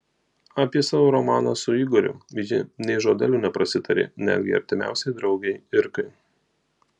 apie savo romaną su igoriu ji nė žodeliu neprasitarė netgi artimiausiai draugei irkai